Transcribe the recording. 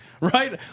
Right